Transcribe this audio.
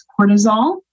cortisol